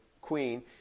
queen